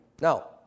Now